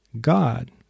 God